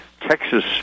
Texas